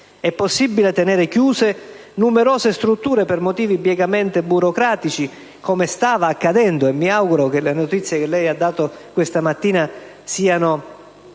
È possibile tenere chiuse numerose strutture per motivi biecamente burocratici, come stava accadendo a Gela (mi auguro che le notizie che lei ha riferito questa mattina siano